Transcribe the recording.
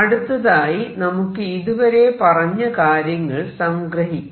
അടുത്തതായി നമുക്ക് ഇതുവരെ പറഞ്ഞ കാര്യങ്ങൾ സംഗ്രഹിക്കാം